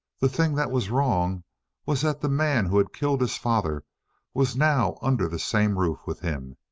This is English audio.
the thing that was wrong was that the man who had killed his father was now under the same roof with him,